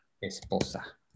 esposa